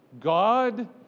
God